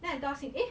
then I tell him eh